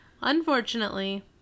Unfortunately